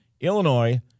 Illinois